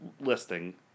listing